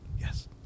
Yes